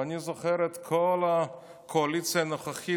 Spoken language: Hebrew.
ואני זוכר את כל הקואליציה הנוכחית,